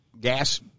gas